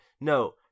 no